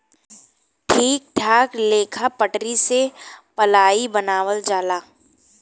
ठीक ठाक लेखा पटरी से पलाइ बनावल जाला